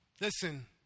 Listen